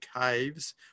caves